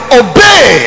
obey